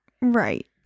right